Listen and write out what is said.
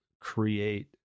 create